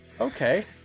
Okay